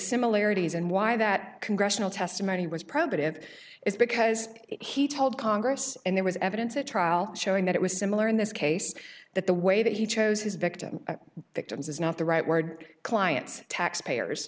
similarities and why that congressional testimony was probative is because he told congress and there was evidence at trial showing that it was similar in this case that the way that he chose his victims victims is not the right word clients